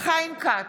חיים כץ,